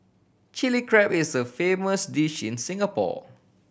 Chilli Crab is a famous dish in Singapore